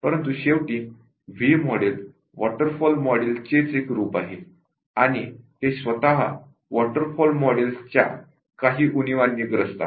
V model waterfall model चेच एक रूप आहे आणि ते स्वतः वॉटरफॉल मॉडेल च्या काही उणीवांनी ग्रस्त आहे